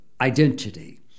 identity